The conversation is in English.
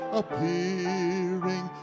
appearing